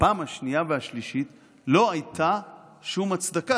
בפעם השנייה והשלישית לא הייתה שום הצדקה.